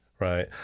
right